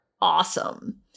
awesome